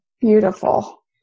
beautiful